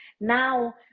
Now